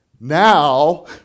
Now